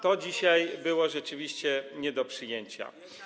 To dzisiaj było rzeczywiście nie do przyjęcia.